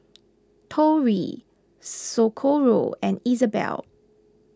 Tori Socorro and Isabelle